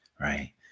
right